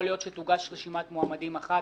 יכול להיות שתוגש רשימת מועמדים אחת,